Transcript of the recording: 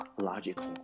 logical